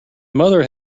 mother